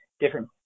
different